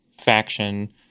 faction